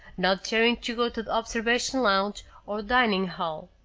not daring to go to the observation lounge or dining hall.